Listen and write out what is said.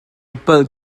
palh